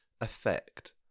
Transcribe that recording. effect